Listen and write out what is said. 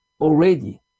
already